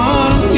on